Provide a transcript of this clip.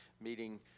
meeting